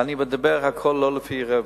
ואני מדבר, הכול לא לפי רווח.